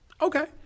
Okay